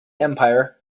empire